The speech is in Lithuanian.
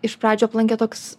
iš pradžių aplankė toks